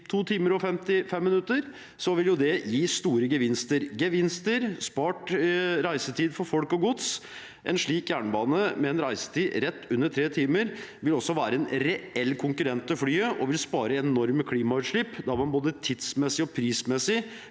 2 timer og 55 minutter, vil det gi store gevinster og spart reisetid for folk og gods. En slik jernbane, med en reisetid på rett under 3 timer, vil også være en reell konkurrent til flyet og spare enorme klimagassutslipp, da det både tidsmessig og prismessig